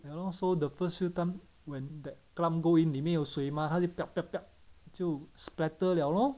ya lor so the first few time when that clump go in 里面有水 mah 他就 就 splatter liao lor